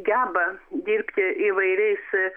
geba dirbti įvairiais